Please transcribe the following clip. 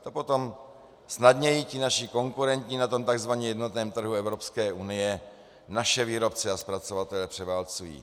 To potom snadněji naši konkurenti na tom takzvaně jednotném trhu Evropské unie naše výrobce a zpracovatele převálcují.